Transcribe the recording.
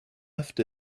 left